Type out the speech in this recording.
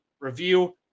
review